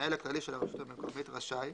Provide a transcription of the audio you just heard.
המנהל הכללי של הרשות המקומית רשאי,